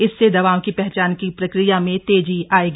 इससे दवाओं की पहचान की प्रक्रिया में तेजी आयेगी